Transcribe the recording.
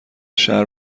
شهر